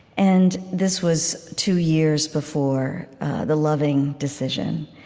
and this was two years before the loving decision.